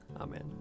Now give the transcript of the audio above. Amen